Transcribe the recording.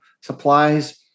supplies